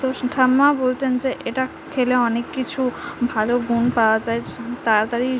তো ঠাম্মাও বলতেন যে এটা খেলে অনেক কিছু ভালো গুণ পাওয়া যায় তাড়াতাড়ি